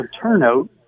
turnout